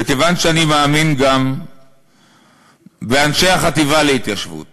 וכיוון שאני מאמין גם באנשי החטיבה להתיישבות